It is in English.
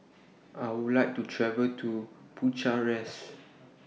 I Would like to travel to Bucharest